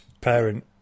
parent